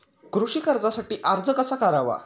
कृषी कर्जासाठी अर्ज कसा करावा?